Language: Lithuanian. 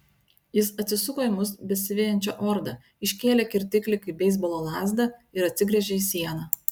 jis atsisuko į mus besivejančią ordą iškėlė kirtiklį kaip beisbolo lazdą ir atsigręžė į sieną